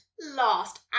last